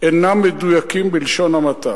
אינם מדויקים בלשון המעטה.